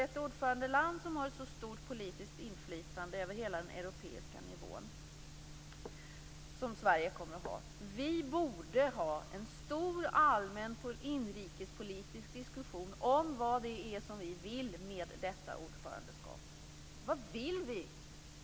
Ett ordförandeland som har ett så stort politiskt inflytande över hela den europeiska nivån som Sverige kommer att ha borde ha en stor allmän inrikespolitisk diskussion om vad man vill med detta ordförandeskap. Vad vill vi?